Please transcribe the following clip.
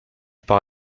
pars